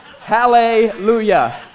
Hallelujah